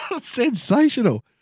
Sensational